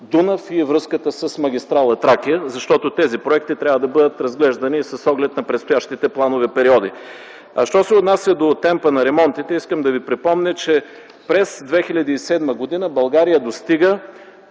Дунав и връзката с магистрала „Тракия”, защото тези проекти трябва да бъдат разглеждани с оглед на предстоящите планови периоди. Що се отнася до темпа на ремонтите, искам да Ви припомня, че през 2007 г. България достига